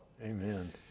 Amen